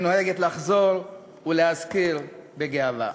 היא נוהגת לחזור ולהזכיר בגאווה.